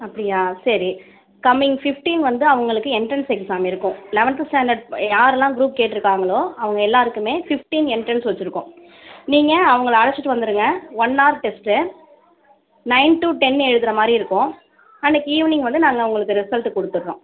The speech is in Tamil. அப்படியா சரி கம்மிங் ஃபிப்ட்டின் வந்து அவங்களுக்கு எண்ட்ரன்ஸ் எக்ஸாம் இருக்கும் லெவெந்த் ஸ்டாண்டர்ட் யாரெல்லாம் குரூப் கேட்டிருக்காங்களோ அவங்க எல்லாேருக்குமே ஃபிப்ட்டின் எண்ட்ரன்ஸ் வச்சுருக்கோம் நீங்க அவங்கள அழைச்சிட்டு வந்துடுங்க one hour test nine two ten எழுதுகிற மாதிரி இருக்கும் அன்னிக்கு ஈவினிங் வந்து நாங்கள் உங்களுக்கு ரிசல்ட் கொடுத்துறோம்